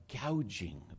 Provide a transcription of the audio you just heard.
gouging